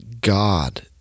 God